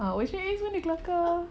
ocean eight [one] is jelaka